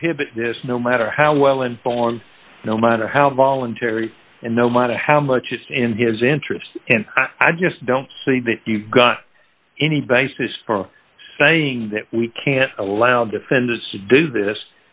prohibit this no matter how well informed no matter how voluntary and no matter how much it's in his interest and i just don't see that you've got any basis for saying that we can't allow defendants to do this